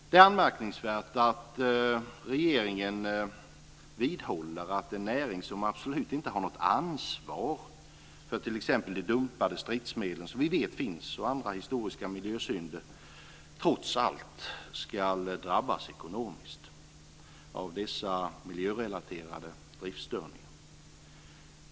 Det är anmärkningsvärt att regeringen vidhåller att en näring som absolut inte har något ansvar för t.ex. de dumpade stridsmedel som vi vet finns och andra historiska miljösynder trots allt ska drabbas ekonomiskt av dessa miljörelaterade driftstörningar.